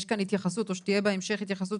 יש כאן התייחסות או שתהיה בהמשך התייחסות